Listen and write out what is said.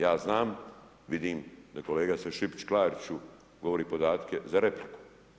Ja znam, vidim da kolega sad Šipić Klariću govori podatke za repliku.